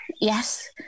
Yes